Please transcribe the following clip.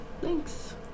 Thanks